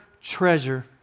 treasure